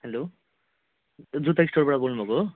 hello जुत्ता स्टोरबाट बोल्नु भएको हो